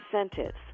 incentives